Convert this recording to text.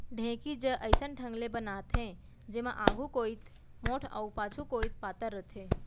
ढेंकी ज अइसन ढंग ले बनाथे जेमा आघू कोइत मोठ अउ पाछू कोइत पातन रथे